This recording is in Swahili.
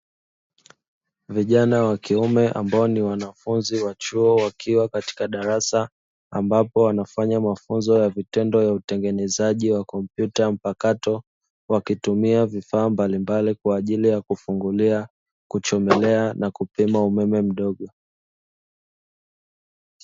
Vijana wa kiume ambao ni wanafunzi wa chuo wakiwa katika darasa, ambapo wanafanya mafunzo ya vitendo ya utengenezaji wa kompyuta mpakato, wakitumia vifaa mbalimbali kwa ajili ya kufungulia, kuchomelea na kupima umeme mdogo.